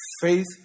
faith